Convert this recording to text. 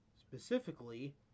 Specifically